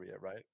right